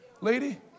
lady